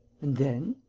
and then?